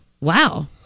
Wow